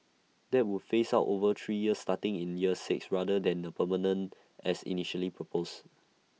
that would phase out over three years starting in year six rather than be permanent as initially proposed